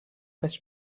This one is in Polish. bez